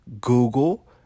Google